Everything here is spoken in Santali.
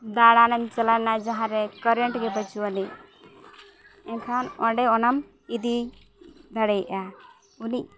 ᱫᱟᱬᱟᱱ ᱮᱢ ᱪᱟᱞᱟᱣ ᱮᱱᱟ ᱡᱟᱦᱟᱸ ᱨᱮ ᱠᱟᱨᱮᱱᱴ ᱜᱮ ᱵᱟᱹᱪᱩᱜ ᱟᱹᱱᱤᱡ ᱮᱱᱠᱷᱟᱱ ᱚᱸᱰᱮ ᱚᱱᱟᱢ ᱤᱫᱤ ᱫᱟᱲᱮᱭᱟᱜᱼᱟ ᱩᱱᱤ